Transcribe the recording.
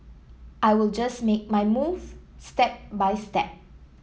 I will just make my move step by step